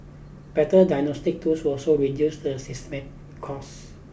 better diagnostics tools will also reduce the systemic cost